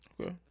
Okay